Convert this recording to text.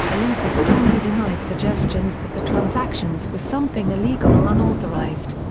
olympus strongly denied suggestions that the transactions were something illegal or unauthorized.